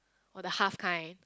or the half kind